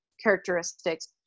characteristics